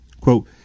Quote